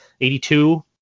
82